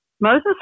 Moses